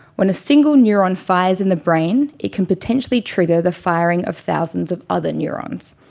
when a single neuron fires in the brain, it can potentially trigger the firing of thousands of other neurons,